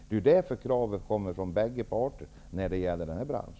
Det är därför kravet kommer från bägge parter i denna bransch.